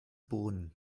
boden